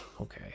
okay